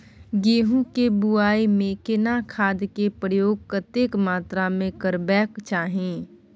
गेहूं के बुआई में केना खाद के प्रयोग कतेक मात्रा में करबैक चाही?